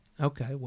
Okay